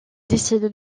décide